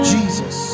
Jesus